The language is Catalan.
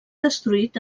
destruït